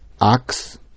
ox